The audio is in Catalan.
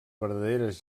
verdaderes